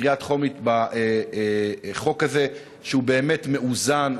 בקריאה טרומית בחוק הזה, שהוא באמת מאוזן.